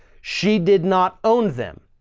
she did not own them.